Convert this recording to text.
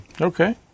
Okay